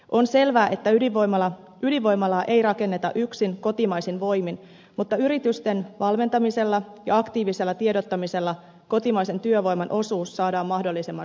on selvää että ydinvoimalaa ei rakenneta yksin kotimaisin voimin mutta yritysten valmentamisella ja aktiivisella tiedottamisella kotimaisen työvoiman osuus saadaan mahdollisimman suureksi